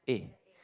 eh